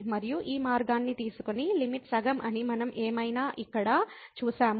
మరియు ఈ మార్గాన్ని తీసుకొని లిమిట్ సగం అని మనం ఏమైనా ఇక్కడ చూశాము